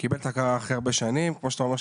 וקיבל את ההכרה אחרי הרבה שנים כמו שאתה אומר,